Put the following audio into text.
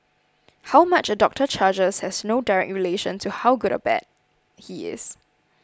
how much a doctor charges has no direct relation to how good or bad he is